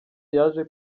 yaje